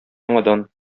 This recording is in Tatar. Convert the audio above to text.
яңадан